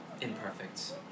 imperfect